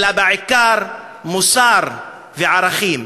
אלא בעיקר מוסר וערכים.